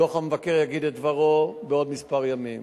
דוח המבקר יגיד את דברו בעוד ימים מספר.